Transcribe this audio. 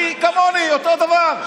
היא כמוני, אותו דבר.